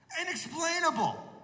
Inexplainable